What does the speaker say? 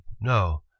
No